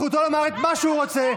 זכותו לומר את מה שהוא רוצה,